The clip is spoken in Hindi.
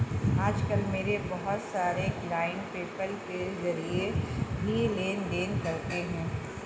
आज कल मेरे बहुत सारे क्लाइंट पेपाल के जरिये ही लेन देन करते है